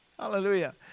Hallelujah